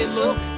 look